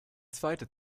zweite